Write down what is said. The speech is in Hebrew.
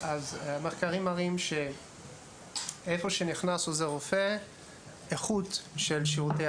המחקרים מראים שאיפה שנכנס עוזר רופא האיכות של שירותי